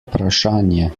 vprašanje